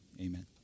Amen